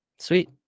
Sweet